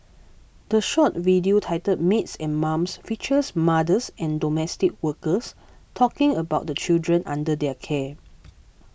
the short video titled Maids and Mums features mothers and domestic workers talking about the children under their care